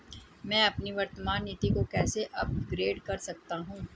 मैं अपनी वर्तमान नीति को कैसे अपग्रेड कर सकता हूँ?